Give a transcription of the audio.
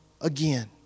again